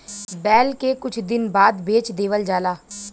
बैल के कुछ दिन बाद बेच देवल जाला